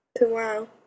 wow